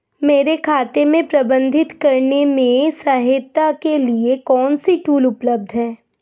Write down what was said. मेरे खाते को प्रबंधित करने में सहायता के लिए कौन से टूल उपलब्ध हैं?